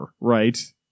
right